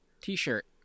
T-shirt